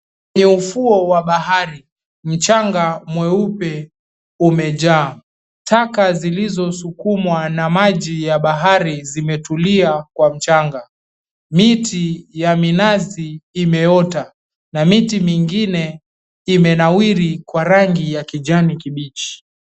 Kwenye ufuo wa bahari, mchanga mweupe umejaa. Taka zilizosukumwa na maji zimetulia kwa mchanga. Miti ya minazi imeota na miti mingine imenawiri kwa rangi ya kijani kibichi.